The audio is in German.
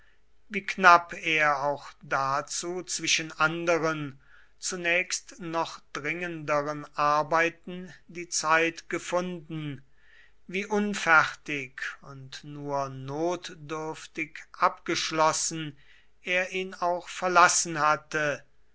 wie knapp er auch dazu zwischen anderen zunächst noch dringenderen arbeiten die zeit gefunden wie unfertig und nur notdürftig abgeschlossen er ihn auch verlassen hatte